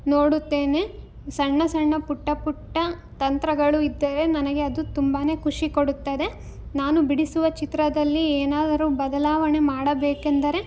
ನೋಡುತ್ತೇನೆ ಸಣ್ಣ ಸಣ್ಣ ಪುಟ್ಟ ಪುಟ್ಟ ತಂತ್ರಗಳು ಇದ್ದರೆ ನನಗೆ ಅದು ತುಂಬಾ ಖುಷಿ ಕೊಡುತ್ತದೆ ನಾನು ಬಿಡಿಸುವ ಚಿತ್ರದಲ್ಲಿ ಏನಾದರು ಬದಲಾವಣೆ ಮಾಡಬೇಕೆಂದರೆ